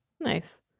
nice